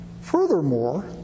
furthermore